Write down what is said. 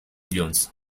jones